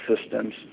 systems